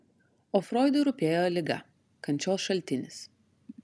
o froidui rūpėjo liga kančios šaltinis